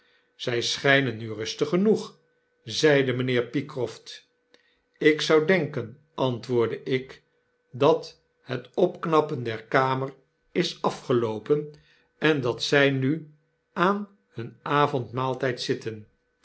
zij schgnen nu ru'stig genoeg zeide mynheer pycroft ik zou denken antwoordde ik dat het opknappen der kamer is afgeloopen en dat zjj nu aan hun avondmaaltijd zitten